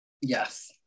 Yes